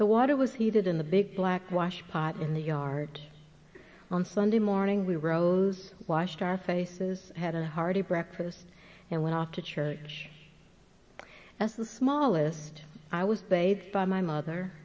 the water was heated in the big black wash pot in the yard on sunday morning we rose washed our faces had a hearty breakfast and went off to church as the smallest i was saved by my mother